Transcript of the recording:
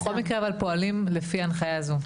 בכל מקרה פועלים לפי הנחיה זו,